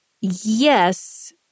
Yes